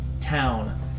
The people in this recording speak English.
town